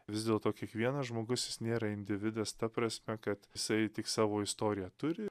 vis dėlto kiekvienas žmogus jis nėra individas ta prasme kad jisai tik savo istoriją turi